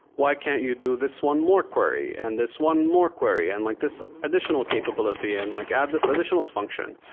why can't you do this one more query and this one more query and like this additional capability and like add this additional function?